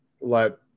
let